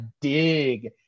dig